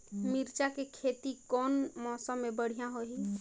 मिरचा के खेती कौन मौसम मे बढ़िया होही?